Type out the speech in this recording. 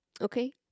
Okay